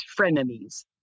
frenemies